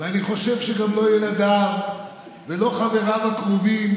ואני חושב שגם לא ילדיו ולא חבריו הקרובים,